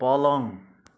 पलङ